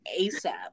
asap